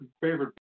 favorite